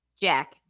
Jack